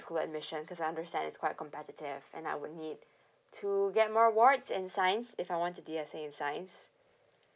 school admission cause I understand it's quite competitive and I would need to get more awards in science if I want to D_S_A in science